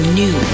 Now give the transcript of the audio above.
new